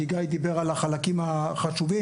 כי גיא דיבר על החלקים החשובים,